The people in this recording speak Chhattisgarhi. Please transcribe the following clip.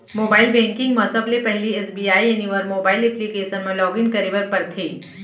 मोबाइल बेंकिंग म सबले पहिली एस.बी.आई एनिवर मोबाइल एप्लीकेसन म लॉगिन करे बर परथे